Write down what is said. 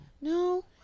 no